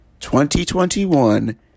2021